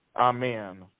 Amen